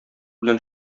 белән